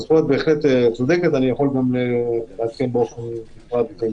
את בהחלט צודקת ואני יכול גם לעדכן באופן נפרד.